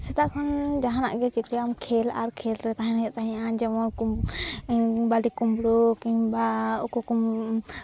ᱥᱮᱛᱟᱜ ᱠᱷᱚᱱ ᱡᱟᱦᱟᱱᱟᱜ ᱜᱮ ᱪᱤᱠᱟᱹᱭᱟᱢ ᱠᱷᱮᱞ ᱟᱨ ᱠᱷᱮᱞ ᱨᱮ ᱛᱟᱦᱮᱱ ᱦᱩᱭᱩᱜ ᱛᱟᱦᱮᱸᱜᱼᱟ ᱡᱮᱢᱚᱱ ᱵᱟᱹᱞᱤ ᱠᱩᱢᱵᱽᱲᱩ ᱠᱤᱢᱵᱟ ᱩᱠᱩ ᱠᱩᱢ